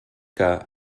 que